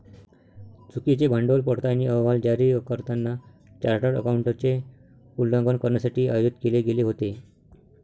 चुकीचे भांडवल पडताळणी अहवाल जारी करताना चार्टर्ड अकाउंटंटचे उल्लंघन करण्यासाठी आयोजित केले गेले होते